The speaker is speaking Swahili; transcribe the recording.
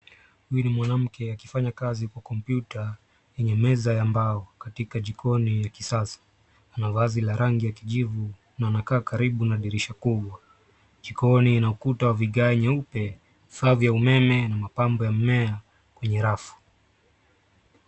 Huyu ni mwanamke akifanya kazi kwa kompyuta, yenye meza ya mbao, katika jikoni ya kisasa. Ana vazi la rangi ya kijivu, na anakaa karibu na dirisha kubwa. Jikoni ina kuta wa vigae nyeupe, vifaa vya umeme, na mapambo ya mmea kwenye rafu.